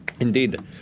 Indeed